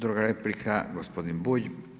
Druga replika, gospodin Bulj.